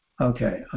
Okay